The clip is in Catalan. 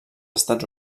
estats